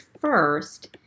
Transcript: first